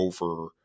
over